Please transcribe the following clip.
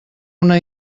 una